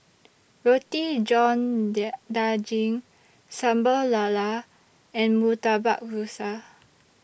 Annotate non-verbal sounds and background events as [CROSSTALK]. Roti John [UNINTELLIGIBLE] Daging Sambal Lala and Murtabak Rusa